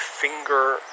finger